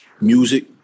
Music